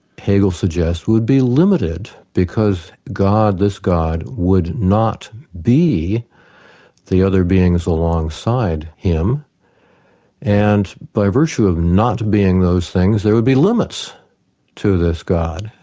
hegel suggests, would be limited, because god, this god, would not be the other beings alongside him and, by virtue of not being those things, there would be limits to this god.